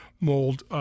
mold